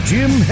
Jim